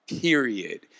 period